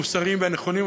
המוסריים והנכונים.